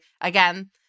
again